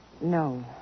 No